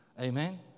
Amen